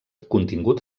contingut